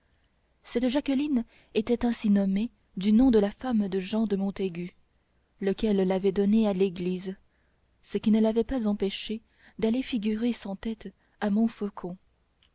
cette jacqueline était ainsi nommée du nom de la femme de jean de montagu lequel l'avait donnée à l'église ce qui ne l'avait pas empêché d'aller figurer sans tête à montfaucon